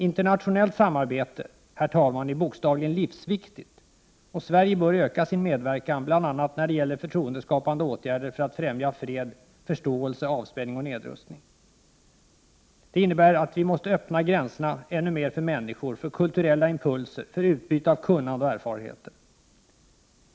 Internationellt samarbete, herr talman, är bokstavligen livsviktigt, och Sverige bör öka sin medverkan, bl.a. när det gäller förtroendeskapande åtgärder för att främja fred, förståelse, avspänning och nedrustning. Det innebär att vi måste öppna gränserna ännu mer för människor, för kulturella impulser, för utbyte av kunnande och erfarenheter.